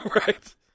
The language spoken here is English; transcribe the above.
Right